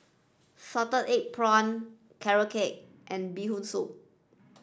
salted egg prawns carrot cake and bee hoon soup